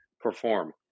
perform